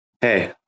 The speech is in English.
Hey